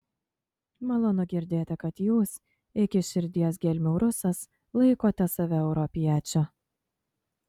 malonu girdėti kad jūs iki širdies gelmių rusas laikote save europiečiu